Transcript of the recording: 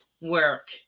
work